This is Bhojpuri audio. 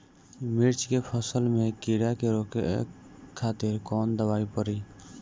मिर्च के फसल में कीड़ा के रोके खातिर कौन दवाई पड़ी?